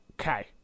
Okay